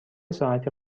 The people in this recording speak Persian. ساعتی